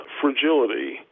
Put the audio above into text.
fragility